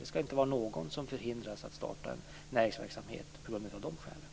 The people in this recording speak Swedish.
Det skall inte vara någon som förhindras att starta en näringsverksamhet av det skälet.